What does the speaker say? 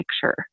picture